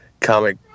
comic